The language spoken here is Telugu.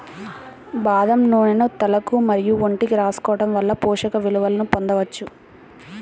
బాదం నూనెను తలకు మరియు ఒంటికి రాసుకోవడం వలన పోషక విలువలను పొందవచ్చు